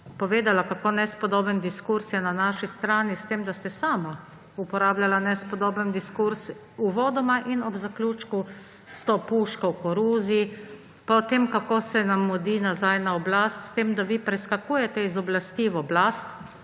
povedali, kako nespodoben diskurz je na naši strani, s tem da ste sami uporabljali nespodoben diskurz uvodoma in ob zaključku s to puško v koruzi, pa o temi, kako se nam mudi nazaj na oblast, s tem da vi preskakujete iz oblasti v oblast.